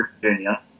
Virginia